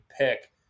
pick